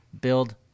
build